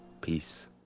Peace